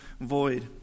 void